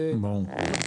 ברור.